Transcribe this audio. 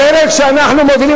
בדרך שאנחנו מובילים,